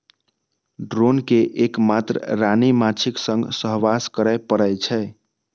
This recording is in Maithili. ड्रोन कें एक मात्र रानी माछीक संग सहवास करै पड़ै छै